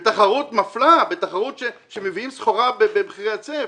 בתחרות מפלה, בתחרות שמביאים סחורה במחיר היצף.